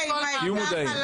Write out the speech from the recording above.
תהיו מודעים.